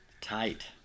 Tight